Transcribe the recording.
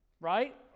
Right